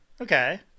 Okay